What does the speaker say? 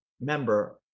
member